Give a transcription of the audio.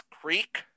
Creek